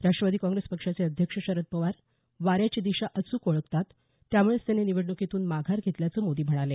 Rashtrawadi Congress पक्षाचे अध्यक्ष शरद पवार वाऱ्याची दिशा अचूक ओळखतात त्यामुळेच त्यांनी निवडणुकीतून माघार घेतल्याचं मोदी म्हणाले